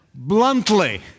Bluntly